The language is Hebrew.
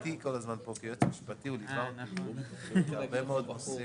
המחזיק בתעודת משרת מילואים פעיל תקפה ושפרטיו הועברו באופן ממוחשב